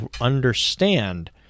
understand